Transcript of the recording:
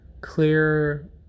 Clear